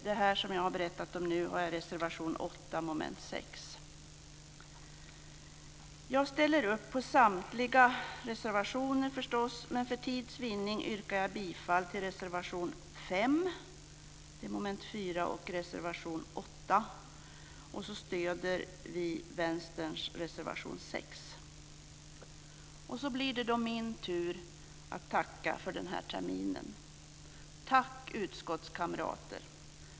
Det som jag har berättat om nu finns i reservation Jag ställer förstås upp på samtliga våra reservationer, men för tids vinning yrkar jag bifall till reservation 5 under mom. 4 och reservation 8. Vidare stöder vi Vänsterns reservation 6. Så blir det då min tur att tacka för den här terminen. Tack utskottskamrater!